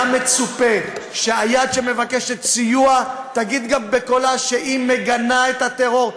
היה מצופה שהיד שמבקשת סיוע תגיד בקולה שהיא מגנה את הטרור,